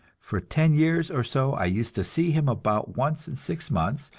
for ten years or so i used to see him about once in six months,